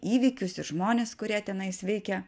įvykius ir žmones kurie tenais veikia